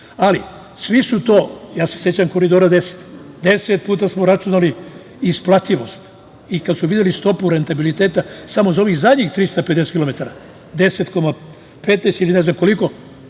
ali, ja se sećam Koridora 10, deset puta smo računali isplativost i kad su videli stopu rentabiliteta samo za ovih poslednjih 350 km, 10, 15 ili ne znam koliko,